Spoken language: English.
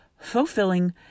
fulfilling